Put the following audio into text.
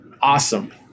Awesome